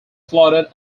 flooded